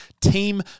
team